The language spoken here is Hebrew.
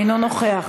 אינו נוכח,